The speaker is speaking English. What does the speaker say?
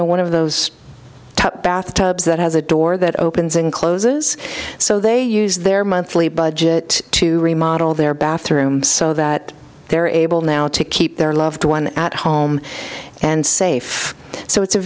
know one of those top bathtubs that has a door that opens and closes so they use their monthly budget to remodel their bathroom so that they're able now to keep their loved one at home and safe so it's a